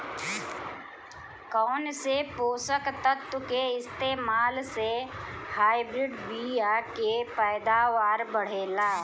कौन से पोषक तत्व के इस्तेमाल से हाइब्रिड बीया के पैदावार बढ़ेला?